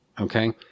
Okay